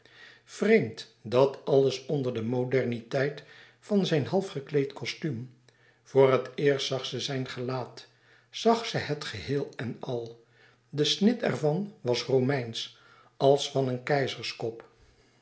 vreemd dat alles onder de moderniteit van zijn half gekleed kostuum voor het eerst zag ze zijn gelaat zag ze het geheel en al de snit ervan was romeinsch als van een keizerskop